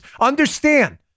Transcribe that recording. understand